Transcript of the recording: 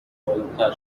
سالمتر